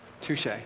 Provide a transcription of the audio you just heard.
Touche